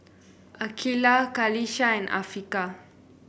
Aqeelah Qalisha and Afiqah